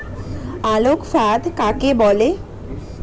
আলোক ফাঁদ কাকে বলে?